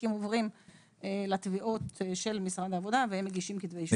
התיקים עוברים לתביעות של משרד העבודה והם מגישים כתבי אישום.